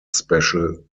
special